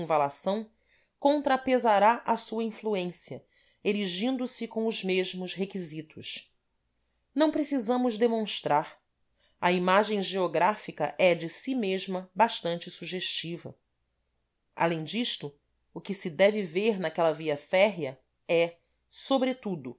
circunvalação contrapesará a sua influência erigindo se com os mesmos requisitos não precisamos demonstrar a imagem geográfica é de si mesma bastante sugestiva além disto o que se deve ver naquela via férrea é sobretudo